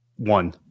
One